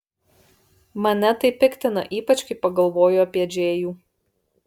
mane tai piktina ypač kai pagalvoju apie džėjų